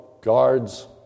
guards